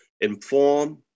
inform